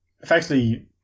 effectively